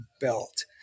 belt